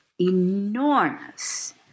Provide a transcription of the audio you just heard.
enormous